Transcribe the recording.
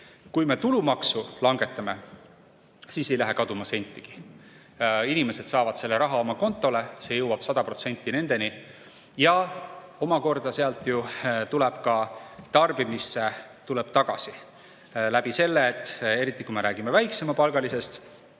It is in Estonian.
Kui me tulumaksu langetame, siis ei lähe kaduma sentigi. Inimesed saavad selle raha oma kontole, see jõuab 100% nendeni. Sealt omakorda tuleb ju ka tarbimisse tagasi läbi selle – eriti kui me räägime väiksemapalgalistest,